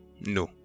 No